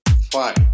five